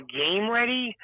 game-ready